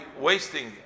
wasting